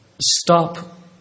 stop